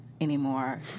anymore